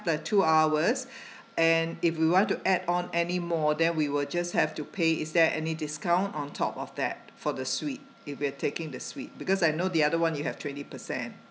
the two hours and if we want to add on any more then we will just have to pay is there any discount on top of that for the suite if we're taking the suite because I know the other one you have twenty percent